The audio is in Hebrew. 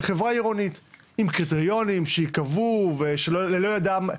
היא חברה עירונית עם קריטריונים שייקבעו ושלא יודע מה,